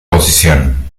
posición